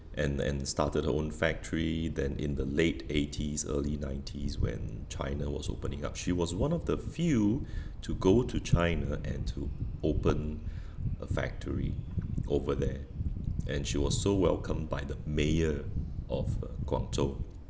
and and started her own factory then in the late eighties early nineties when China was opening up she was one of the few to go to China and to open a factory over there and she was so welcome by the mayor of uh guangzhou